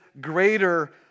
greater